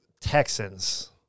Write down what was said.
Texans